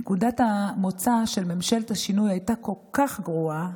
נקודת המוצא של ממשלת השינוי הייתה כל כך גרועה,